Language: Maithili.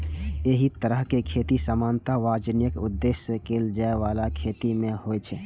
एहि तरहक खेती सामान्यतः वाणिज्यिक उद्देश्य सं कैल जाइ बला खेती मे होइ छै